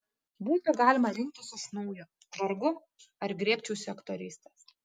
būtų galima rinktis iš naujo vargu ar griebčiausi aktorystės